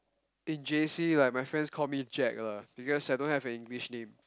in J_C right my friends call me Jack lah because I don't have an English name